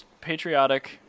Patriotic